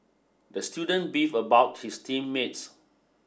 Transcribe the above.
the student beef about his team mates